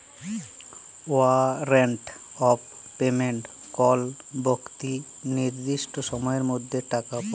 warrant of payment কল বেক্তি লির্দিষ্ট সময়ের মধ্যে টাকা পায়